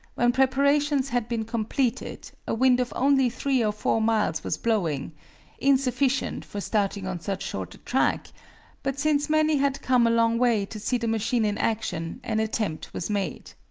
when preparations had been completed a wind of only three or four miles was blowing insufficient for starting on so short a track but since many had come a long way to see the machine in action, an attempt was made.